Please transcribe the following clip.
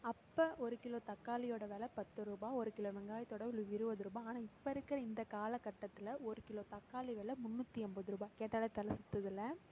அப்போ ஒரு கிலோ தக்காளியோடய வெலை பத்து ரூபாய் ஒரு கிலோ வெங்காயத்தோடவுளு இருபது ரூபாய் ஆனால் இப்போ இருக்கிற இந்த காலக்கட்டத்தில் ஒரு கிலோ தக்காளி வெலை முன்னூற்றி ஐம்பது ரூபாய் கேட்டாலே தலை சுற்றுதுல